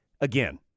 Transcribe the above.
again